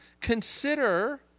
consider